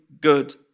good